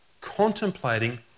contemplating